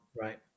Right